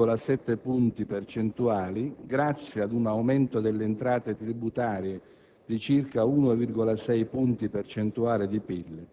che nel 2006 è diminuito di 1,7 punti percentuali grazie ad un aumento delle entrate tributarie di circa 1,6 punti percentuali di PIL,